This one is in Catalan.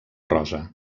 rosa